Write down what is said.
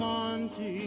Monte